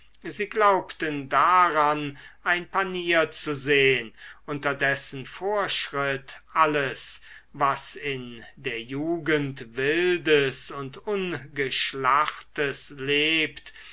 sie glaubten daran ein panier zu sehn unter dessen vorschritt alles was in der jugend wildes und ungeschlachtes lebt